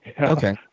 Okay